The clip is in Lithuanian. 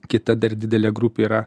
kita dar didelė grupė yra